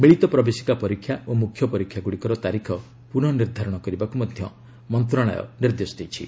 ମିଳିତ ପ୍ରବେଶିକା ପରୀକ୍ଷା ଓ ମୁଖ୍ୟ ପରୀକ୍ଷାଗୁଡ଼ିକର ତାରିଖ ପୁନଃ ନିର୍ଦ୍ଧାରଣ କରିବାକୁ ମଧ୍ୟ ମନ୍ତ୍ରଣାଳୟ ନିର୍ଦ୍ଦେଶ ଦେଇଛି